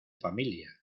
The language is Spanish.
familia